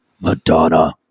Madonna